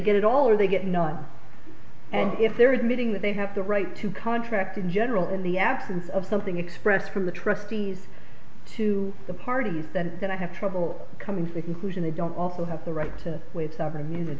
get it all or they get none and if they're admitting that they have the right to contract in general in the absence of something expressed from the trustees to the parties that then i have trouble coming to the conclusion they don't also have the right to wait